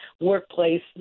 workplace